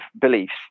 beliefs